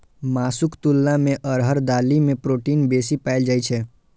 मासुक तुलना मे अरहर दालि मे प्रोटीन बेसी पाएल जाइ छै